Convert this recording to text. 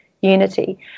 unity